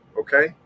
Okay